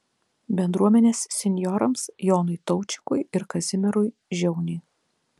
bendruomenės senjorams jonui taučikui ir kazimierui žiauniui